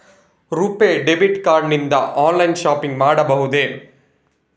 RuPay debit card ನಿಂದ online shopping ಮಾಡಬಹುದೇ?